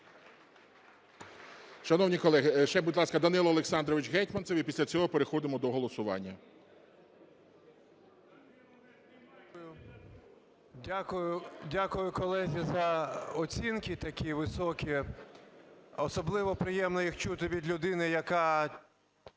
Дякую, колеги, за оцінки такі високі. Особливо приємно їх чути від людини, яка